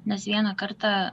nes vieną kartą